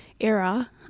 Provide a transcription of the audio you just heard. era